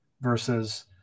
versus